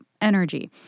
energy